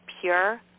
pure